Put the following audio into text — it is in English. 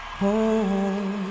home